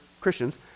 Christians